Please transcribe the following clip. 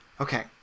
Okay